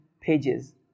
pages